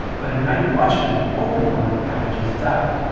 but a night watchmen who opened one of the packages died.